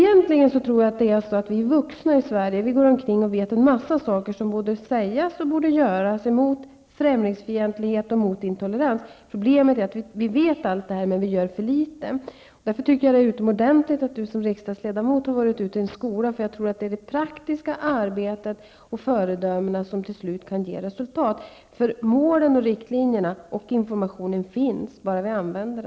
Jag tror att vi vuxna i Sverige vet en mängd saker som borde sägas och göras mot främlingsfientlighet och intolerans. Problemet är att vi vet allt detta, men vi gör för litet. Därför tycker jag att det är utomordentligt att Berith Eriksson som riksdagsledamot har varit ute i en skola. Det är det praktiska arbetet och föredömena som till slut kan ge resultat. Målen och riktlinjerna finns, liksom informationen. Det gäller bara att använda den.